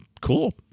cool